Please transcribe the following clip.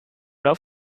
lauf